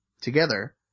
together